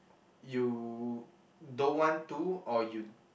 you don't want to or you